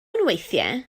weithiau